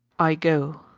i go.